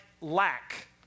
lack